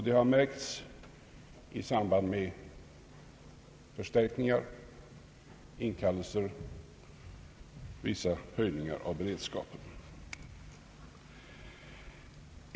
Det har märkts i samband med inkallelser och vissa andra höjningar av beredskapen.